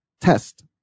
test